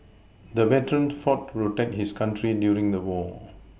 the veteran fought to protect his country during the war